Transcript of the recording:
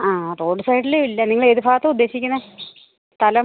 ആ റോഡ് സൈഡിൽ ഇല്ല നിങ്ങൾ ഏത് ഭാഗത്താണ് ഉദ്ദേശിക്കുന്നത് സ്ഥലം